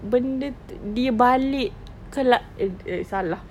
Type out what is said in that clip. benda itu dia balik kelan~ eh eh salah